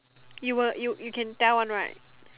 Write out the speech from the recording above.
you will you you can tell one right